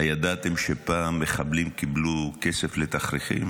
הידעתם שפעם מחבלים קיבלו כסף לתכריכים